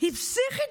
היא פסיכית